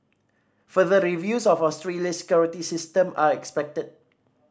further reviews of Australia's security system are expected